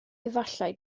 efallai